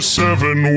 seven